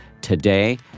today